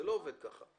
זה לא עובד כך.